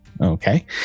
Okay